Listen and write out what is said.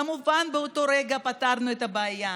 כמובן, באותו רגע פתרנו את הבעיה.